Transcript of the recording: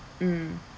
mm